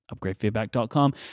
Upgradefeedback.com